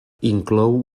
inclou